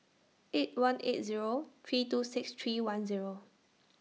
eight one eight Zero three two six three one Zero